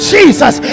Jesus